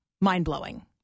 mind-blowing